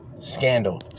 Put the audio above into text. scandal